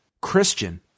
Christian